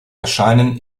erscheinen